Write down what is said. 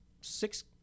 six